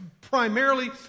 primarily